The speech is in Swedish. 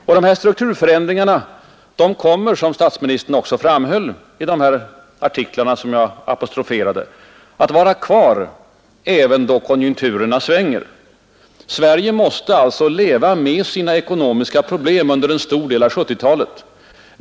Och dessa strukturförändringar kommer — som statsministern framhöll i de av mig apostroferade artiklarna — att kvarstå även då konjunkturerna svänger. Sverige måste alltså leva med sina ekonomiska problem under en stor del av 1970-talet.